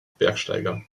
bergsteiger